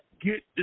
get